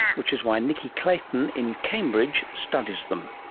which is why nicky clayton in cambridge studies them.